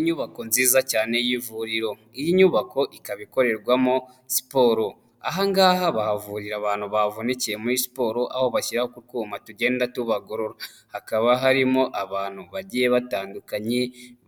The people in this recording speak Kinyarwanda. Inyubako nziza cyane y'ivuriro iyi nyubako ikaba ikorerwamo siporo aha ngaha bahavurira abantu bavunikiye muri siporo aho bashyira k'utwuma tugenda tubagorora hakaba harimo abantu bagiye batandukanye